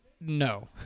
no